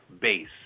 base